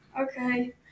Okay